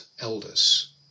elders